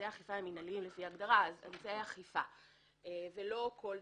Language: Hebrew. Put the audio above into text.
ולא כל דבר,